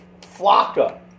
flocka